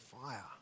fire